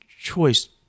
choice